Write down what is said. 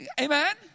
Amen